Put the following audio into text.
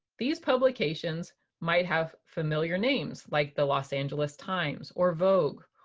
these publications might have familiar names like the los angeles times or vogue,